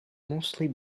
mostly